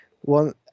one